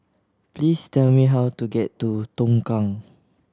please tell me how to get to Tongkang